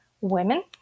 Women